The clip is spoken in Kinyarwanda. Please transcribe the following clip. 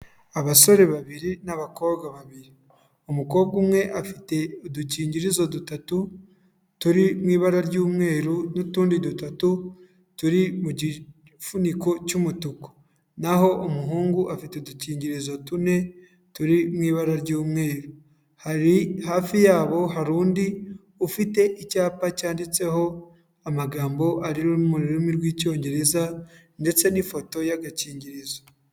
Abasore babiri n'abakobwa babiri. Umukobwa umwe afite udukingirizo dutatu turi mu ibara ry'umweru, n'utundi dutatu turi mu gifuniko cy'umutuku. Naho umuhungu afite udukingirizo tune turi mu ibara ry'umweru. Hari hafi yabo hari undi ufite icyapa cyanditseho amagambo ari mu rurimi rw'Icyongereza ndetse n'ifoto y'agakingirizo.